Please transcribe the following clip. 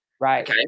Right